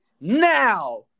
now